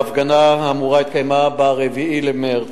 ההפגנה האמורה התקיימה ב-4 במרס.